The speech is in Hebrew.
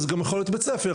וזה גם יכול להיות בית ספר,